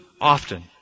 often